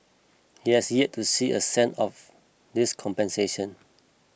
he has yet to see a cent of this compensation